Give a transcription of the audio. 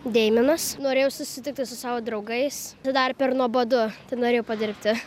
deimenas norėjau susitikti su savo draugais dar per nuobodu tai norėjau padirbti